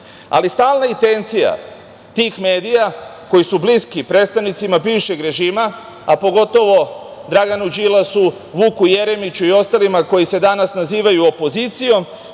ali stalna intencija tih medija koji su bliski predstavnicima bivšeg režima, a pogotovo Draganu Đilasu, Vuku Jeremiću i ostalima koji se danas nazivaju opozicijom